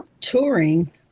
touring